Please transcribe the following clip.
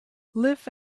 live